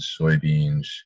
soybeans